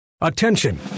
Attention